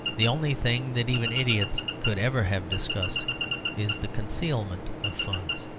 the only thing that even idiots could ever have discussed is the concealment of funds.